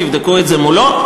תבדקו את זה מולו.